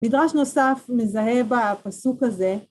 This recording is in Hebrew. מדרש נוסף מזהה בפסוק הזה.